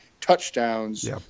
touchdowns